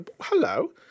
hello